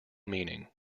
meaning